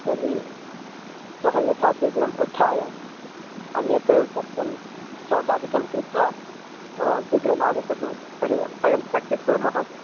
तर्हि श्वः यथा शीघ्रम् उत्थाय अन्यत् सर्वं शौचादिकं कृत्वा भवान् शीघ्रम् आगच्छतु तर्हि वयं प्राक्टिस् कुर्मः